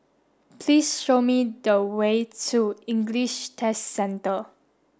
please show me the way to English Test Centre